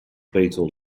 beetle